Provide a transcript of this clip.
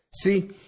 See